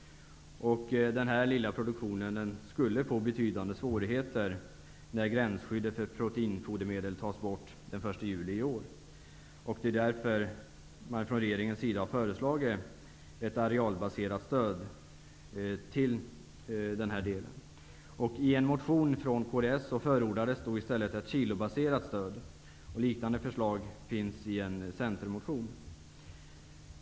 Denna lilla produktion skulle få betydande svårigheter när gränsskyddet för proteinfodermedel tas bort den 1 juli i år. I propositionen föreslår regeringen därför ett arealbaserat stöd. I en motion från kds förordades i stället ett kilobaserat stöd. Liknande förslag fanns i en centermotion.